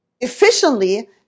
efficiently